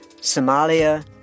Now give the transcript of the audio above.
Somalia